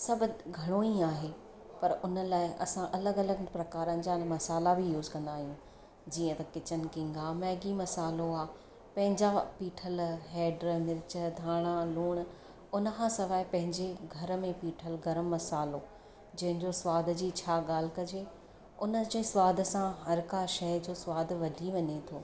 सभु घणो ई आहे पर उन लाइ असां अलॻि अलॻि प्रकारनि जा मसाल्हा बि यूस कंदा आहियूं जीअं त किचन किंग आहे मैगी मसाल्हो आहे पंहिंजा पीठल हैड मिर्च धाणा लुणु उन खां सवाइ पंहिंजे घर में पीठल गरमु मसाल्हो जंहिंजो सवाद जी छा ॻाल्हि कजे उन जे सवाद सां हर का शइ जो सवादु वधी वञे थो